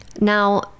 Now